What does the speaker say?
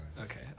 Okay